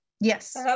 Yes